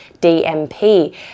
DMP